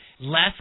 less